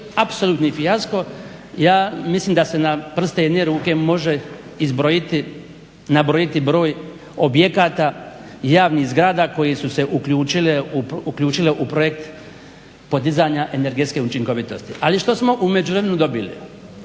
apsolutni fijasko. Ja mislim da se na prste jedne ruke može izbrojiti, nabrojiti broj objekata javnih zgrada koje su se uključile u projekt podizanja energetske učinkovitosti. Ali što smo u međuvremenu dobili?